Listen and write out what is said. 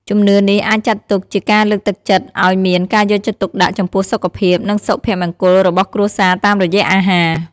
ជំនឿនេះអាចចាត់ទុកជាការលើកទឹកចិត្តឱ្យមានការយកចិត្តទុកដាក់ចំពោះសុខភាព និងសុភមង្គលរបស់គ្រួសារតាមរយៈអាហារ។